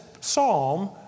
psalm